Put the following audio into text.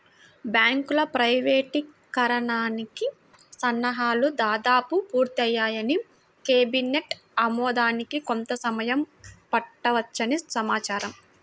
బ్యాంకుల ప్రైవేటీకరణకి సన్నాహాలు దాదాపు పూర్తయ్యాయని, కేబినెట్ ఆమోదానికి కొంత సమయం పట్టవచ్చని సమాచారం